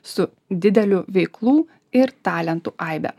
su dideliu veiklų ir talentų aibe